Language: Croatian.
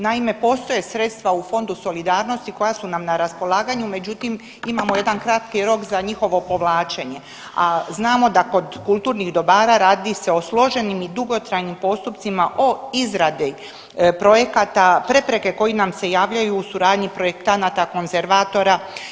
Naime, postoje sredstva u Fondu solidarnosti koja su nam raspolaganju međutim imamo jedan kratki rok za njihovo povlačenje, a znamo da kod kulturnih dobara radi se o složenim i dugotrajnim postupcima od izrade projekata, prepreke koji nam se javljaju u suradnji projektanata, konzervatora.